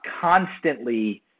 constantly